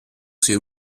sei